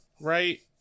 right